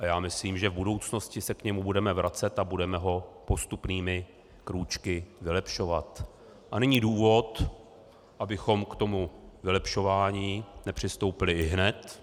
Já myslím, že v budoucnosti se k němu budeme vracet a budeme ho postupnými krůčky vylepšovat, a není důvod, abychom k tomu vylepšování nepřistoupili ihned.